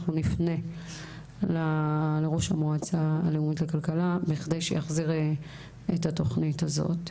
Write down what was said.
אנחנו נפנה לראש המועצה הלאומית לכלכלה בכדי שיחזיר את התוכנית הזאת.